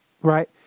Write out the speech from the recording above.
right